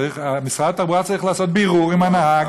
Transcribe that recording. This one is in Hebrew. משרד התחבורה צריך לעשות בירור עם הנהג.